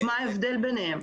מה ההבדל ביניהם?